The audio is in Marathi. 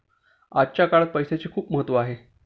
आजच्या काळात पैसाचे खूप महत्त्व आहे